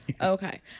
Okay